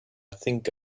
think